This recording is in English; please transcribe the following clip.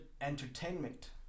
entertainment